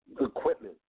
equipment